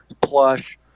plush